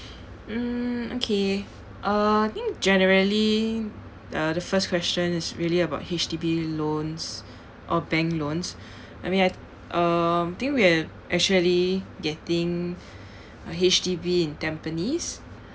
mm okay uh I think generally uh the first question is really about H_D_B loans or bank loans I mean like uh I think we have actually getting a H_D_B in tampines